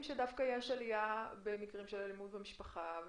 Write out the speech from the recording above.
שדווקא יש עלייה במקרים של אלימות במשפחה,